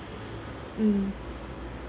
mm